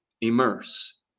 immerse